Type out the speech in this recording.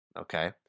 Okay